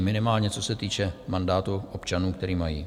Minimálně co se týče mandátu občanů, který mají.